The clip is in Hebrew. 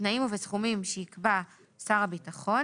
בתנאים ובסכומים שיקבע שר הביטחון.